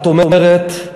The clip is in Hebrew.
את אומרת: